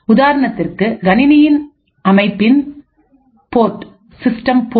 உதாரணத்திற்கு கணினியின் அமைப்பின் போர்ட்